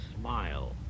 smile